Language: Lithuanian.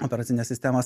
operacines sistemas